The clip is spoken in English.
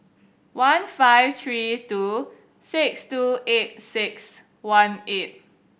one five three two six two eight six one eight